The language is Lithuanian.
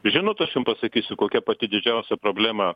žinot aš jum pasakysiu kokia pati didžiausia problema